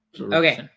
Okay